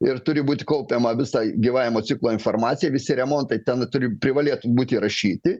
ir turi būti kaupiama visa gyvavimo ciklo informacija visi remontai ten turi privalėtų būti įrašyti